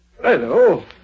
Hello